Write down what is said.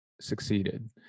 succeeded